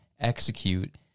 execute